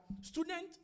Student